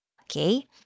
okay